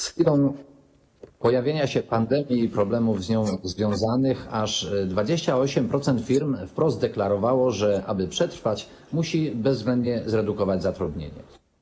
Z chwilą pojawienia się pandemii i problemów z nią związanych aż 28% firm wprost deklarowało, że aby przetrwać, musi bezwzględnie zredukować zatrudnienie.